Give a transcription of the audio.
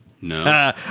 No